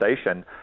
Station